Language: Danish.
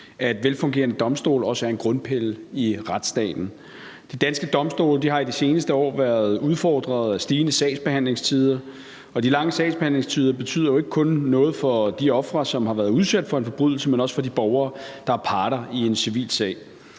en velfungerende domstol også er en grundpille i retsstaten. De danske domstole har i de seneste år været udfordrede af stigende sagsbehandlingstider, og de lange sagsbehandlingstider betyder jo ikke kun noget for de ofre, som har været udsat for en forbrydelse, men også for de borgere, der er parter i en civil sag.